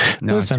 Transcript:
No